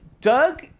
Doug